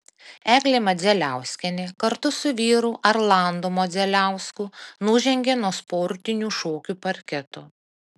eglė modzeliauskienė kartu su vyru arlandu modzeliausku nužengė nuo sportinių šokių parketo